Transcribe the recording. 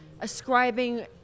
ascribing